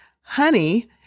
Honey